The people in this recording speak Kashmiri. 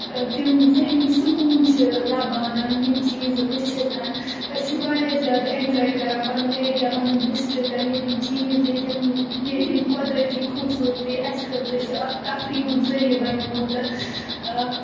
تِم ذہنی سکوٗن چھِ لَبان یِم چیٖز وُچھِتھ أسۍ چھِ واریاہ زیادٕ اٮ۪نجاے کَران پَنُن ایریا پَنُن ڈِسٹِرٛک ییٚتہِ یِم چیٖز ییٚتہِ یِم ییٚتہِ یِم قۄدرٔتی خوٗبصوٗرتی اَسہِ خٲطرٕ چھِ اَکھ تفریٖح ہُنٛد ذٔریعہِ بَنیومُت